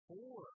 Four